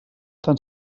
tan